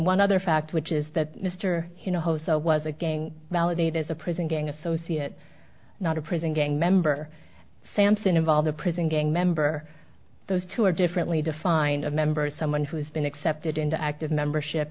one other fact which is that mr you know so was a gang validators a prison gang associate not a prison gang member sampson involve the prison gang member those two are differently defined a member someone who has been accepted into active membership